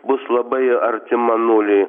bus labai artima nuliui